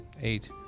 Eight